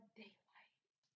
daylight